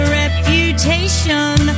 reputation